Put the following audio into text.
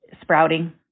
sprouting